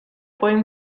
poi